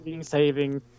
saving